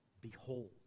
Behold